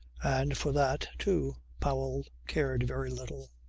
and for that, too, powell cared very little.